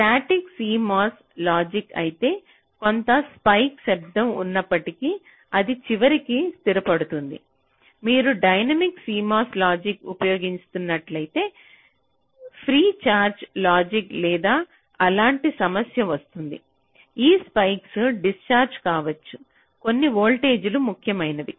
static CMOS logic అయితే కొంత spike శబ్దం ఉన్నప్పటికీ అది చివరికి స్థిరపడుతుంది మీరు డైనమిక్ CMOS లాజిక్ని ఉపయోగిస్తుంటే ప్రీ ఛార్జ్ లాజిక్ లేదా అలాంటి సమస్య వస్తుంది ఈ స్పైక్లు డిశ్చార్జ్ కావచ్చు కొన్ని వోల్టేజీలు ముఖ్యమైనవి